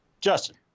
Justin